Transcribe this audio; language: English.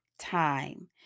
time